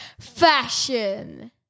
fashion